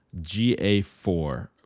GA4